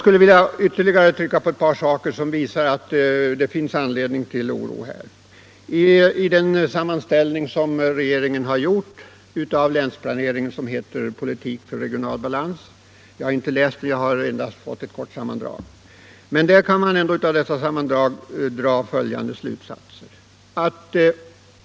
Det finns ytterligare ett par saker som visar att det finns anledning till oro. Regeringen har gjort en sammanställning av länsplaneringen — Politik för regional balans. Jag har inte läst den helt utan endast fått ett kort sammandrag av den. Av det sammandraget framgår ändå ett par saker.